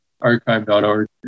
archive.org